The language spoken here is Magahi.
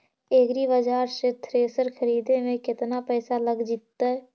एग्रिबाजार से थ्रेसर खरिदे में केतना पैसा लग जितै?